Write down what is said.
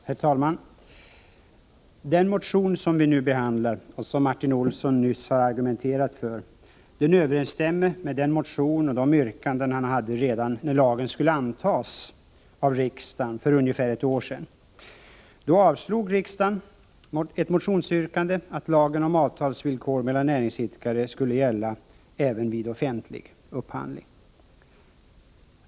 Herr talman! Den motion som vi nu behandlar och som Martin Olsson nyss argumenterat för överensstämmer med den motion och de yrkanden han hade redan när lagen skulle antas av riksdagen för ungefär ett år sedan. Då avslog riksdagen ett motionsyrkande att lagen om avtalsvillkor mellan näringsidkare skulle gälla även vid offentlig upphandling.